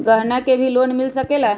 गहना से भी लोने मिल सकेला?